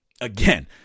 Again